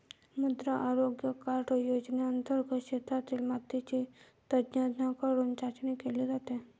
मृदा आरोग्य कार्ड योजनेंतर्गत शेतातील मातीची तज्ज्ञांकडून चाचणी केली जाते